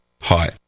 Hi